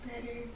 better